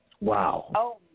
Wow